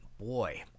boy